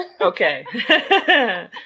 Okay